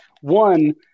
One